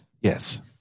Yes